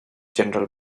general